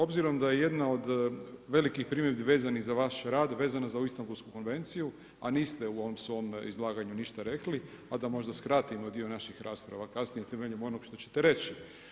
Obzirom da je jedna od velikih primjedbi vezanih za vaš rad, vezano za Istambulsku konvenciju, a niste u ovom svom izlaganju ništa rekli, pa da možda skratimo dio naših rasprava kasnije temeljem onog što ćete reći.